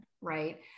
right